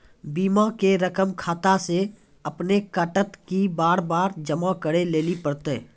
बीमा के रकम खाता से अपने कटत कि बार बार जमा करे लेली पड़त?